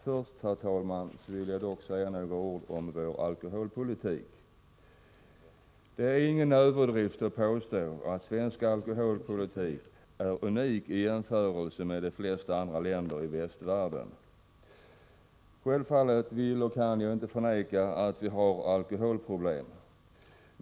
Först, herr talman, vill jag dock säga några ord om vår alkoholpolitik. Det är ingen överdrift att påstå att svensk alkoholpolitik är unik i västvärlden; det ger en jämförelse med de flesta andra länder i västvärlden vid handen. Självfallet vill och kan jag inte förneka att vi har alkoholproblem.